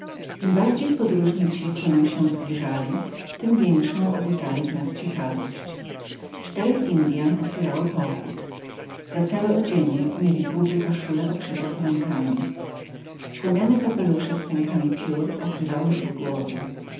im bardziej podróżni ci ku nam się zbliżali tem większą obudzali w nas ciekawość czterech indyan otwierało pochód za całe odzienie mieli długie koszule oszyte koronkami słomiane kapelusze z pękami piór okrywały ich głowy